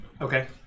Okay